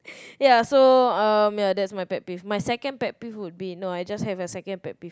ya so um ya that's my pet peeve my second pet peeve would be no I just had my second pet peeve